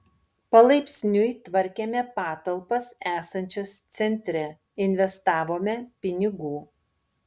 palaipsniui tvarkėme patalpas esančias centre investavome pinigų